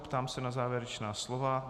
Ptám se na závěrečná slova.